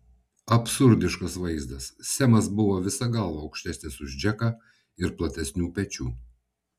absurdiškas vaizdas semas buvo visa galva aukštesnis už džeką ir platesnių pečių